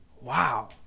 Wow